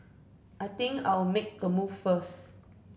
I think I'll make a move first